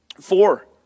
four